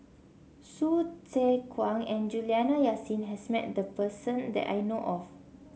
Hsu Tse Kwang and Juliana Yasin has met this person that I know of